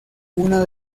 una